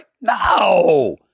No